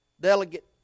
Delegate